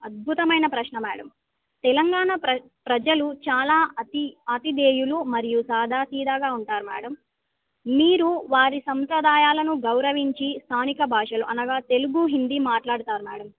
అద్భుతమైన ప్రశ్న మేడం తెలంగాణ ప్ర ప్రజలు చాలా అతి అతిదేయులు మరియు సాదాతీదగా ఉంటారు మేడం మీరు వారి సంప్రదాయాలను గౌరవించి స్థానిక భాషలు అనగా తెలుగు హిందీ మాట్లాడతారు మేడం